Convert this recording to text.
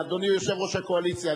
אדוני יושב-ראש הקואליציה,